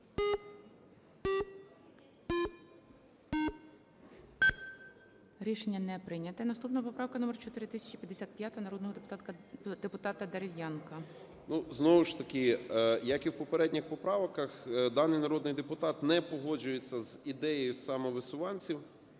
Рішення не прийнято. Наступна поправка - номер 4055, народного депутата Дерев'янка. 16:23:16 СИДОРОВИЧ Р.М. Знову ж таки, як і в попередніх поправках, даний народний депутат не погоджується з ідеєю самовисуванців,